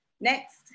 Next